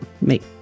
make